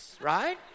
Right